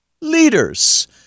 leaders